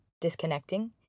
disconnecting